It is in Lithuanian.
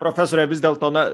profesore vis dėlto na